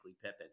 Pippin